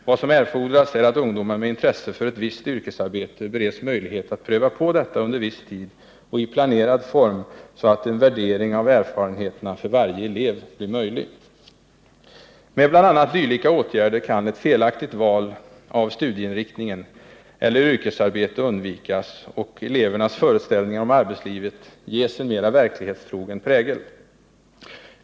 Vad som erfordras är att ungdomar med intresse för ett visst yrkesarbete bereds möjlighet att pröva på detta under viss tid och i planerad form, så att en värdering av erfarenheterna för varje elev blir möjlig. Med bl.a. dylika åtgärder kan ett felaktigt val av studieinriktning eller yrkesarbete undvikas och elevernas föreställningar om arbetslivet ges en mera verklighetstrogen prägel.